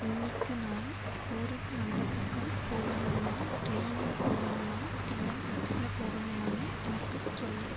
இன்னிக்கு நான் ஊருக்கு அந்தப் பக்கம் போகணும்னா ட்ரெயின்ல போகணுமா இல்லை பஸ்ஸில் போகணுமான்னு எனக்குச் சொல்